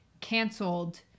canceled